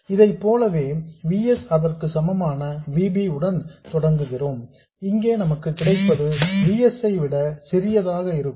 இதைப் போலவே V s அதற்கு சமமான V b உடன் தொடங்குகிறோம் இங்கே நமக்கு கிடைப்பது V s ஐ விட சிறியதாக இருக்கும்